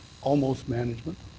almost management